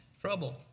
trouble